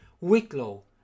Wicklow